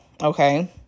okay